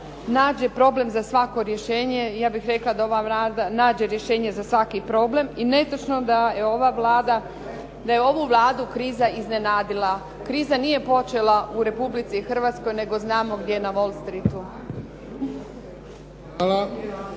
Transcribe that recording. nađe problem za svako rješenje. Ja bih rekla da ova Vlada nađe rješenje za svaki problem i netočno je da je ovu Vladu kriza iznenadila. Kriza nije počela u Republici Hrvatskoj, nego znamo gdje, na Wall Streetu.